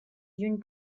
lluny